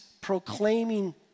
proclaiming